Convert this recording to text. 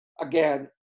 Again